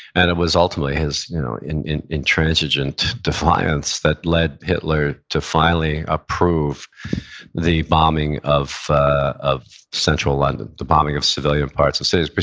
and it was ultimately his you know intransigent defiance that led hitler to finally approve the bombing of ah of central london, the bombing of civilian parts of cities, but